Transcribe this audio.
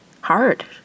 hard